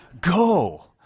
go